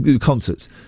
concerts